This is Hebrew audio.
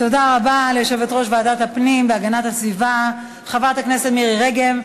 תודה רבה ליושבת-ראש ועדת הפנים והגנת הסביבה חברת הכנסת מירי רגב.